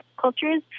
cultures